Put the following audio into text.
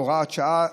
הוראות שעה),